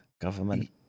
government